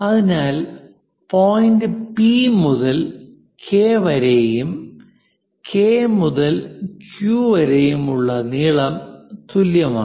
അതിനാൽ point P മുതൽ K വരെയും K മുതൽ Q വരെയുമുള്ള നീളം തുല്യമാണ്